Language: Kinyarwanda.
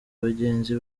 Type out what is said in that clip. bagenzi